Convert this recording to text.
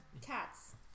cats